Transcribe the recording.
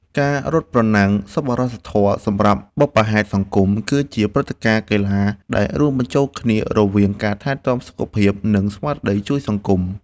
ការរត់ប្រណាំងសប្បុរសធម៌សម្រាប់បុព្វហេតុសង្គម គឺជាព្រឹត្តិការណ៍កីឡាដែលរួមបញ្ចូលគ្នារវាងការថែទាំសុខភាព និងស្មារតីជួយសង្គម។